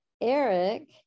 Eric